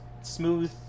smooth